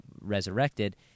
resurrected